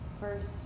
First